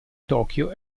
tokyo